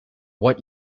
what